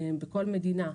בכל מדינה,